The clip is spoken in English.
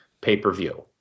pay-per-view